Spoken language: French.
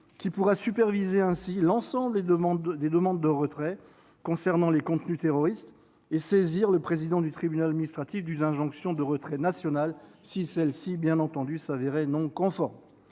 qui pourra ainsi superviser l'ensemble des demandes de retrait concernant les contenus terroristes et saisir le président du tribunal administratif d'une injonction de retrait nationale si celle-ci se révélait non conforme.